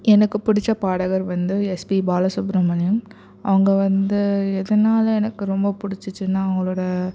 எனக்கு பிடிச்ச பாடகர் வந்து எஸ்பி பாலசுப்பிரமணியம் அவங்க வந்து எதனால் எனக்கு ரொம்ப பிடிச்சுச்சின்னா அவங்களோடய